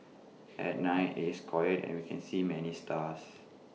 at night IT is quiet and we can see many stars